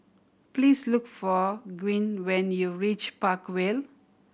please look for Gwyn when you reach Park Vale